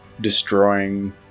destroying